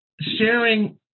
sharing